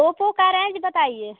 Oppo का range बताइए